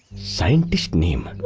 scientific name?